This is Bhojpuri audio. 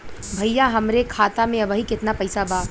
भईया हमरे खाता में अबहीं केतना पैसा बा?